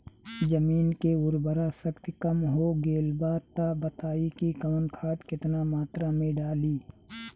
जमीन के उर्वारा शक्ति कम हो गेल बा तऽ बताईं कि कवन खाद केतना मत्रा में डालि?